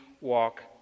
walk